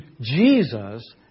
Jesus